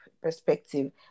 perspective